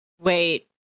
Wait